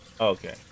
Okay